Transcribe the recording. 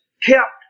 kept